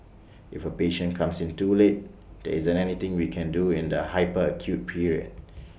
if A patient comes in too late there isn't anything we can do in the hyper acute period